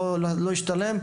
לא השתלמו,